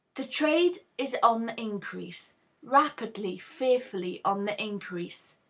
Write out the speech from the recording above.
the trade is on the increase rapidly, fearfully on the increase.